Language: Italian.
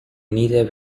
unite